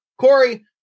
Corey